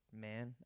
man